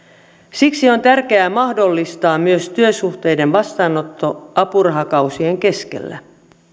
siksi on tärkeää mahdollistaa myös työsuhteiden vastaanotto apurahakausien keskellä